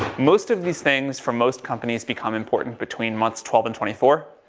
most of these things, for most companies, become important between months twelve and twenty four.